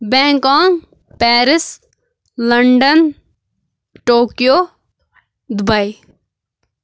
Bangkok Paris London Tokyo Dubai